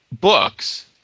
books